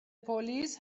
police